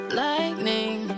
lightning